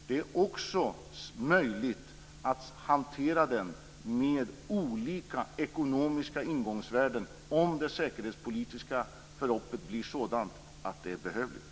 Den är också möjlig att hantera med olika ekonomiska ingångsvärden, om det säkerhetspolitiska förloppet blir sådant att det är behövligt.